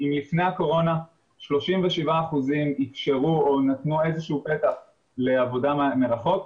אם לפני הקורונה 37% אפשרו או נתנו איזה שהוא פתח לעבודה מרחוק,